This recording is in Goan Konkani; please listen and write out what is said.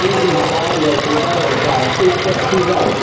प्लीज म्हाका ऍरपोर्टार व्हरपाक एक टॅक्सी जाय